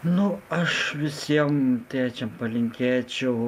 nu aš visiem tėčiam palinkėčiau